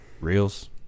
reels